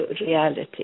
reality